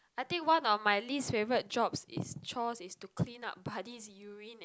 I think one of my least favorite jobs is chores is to clean up Buddy's urine and